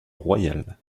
royal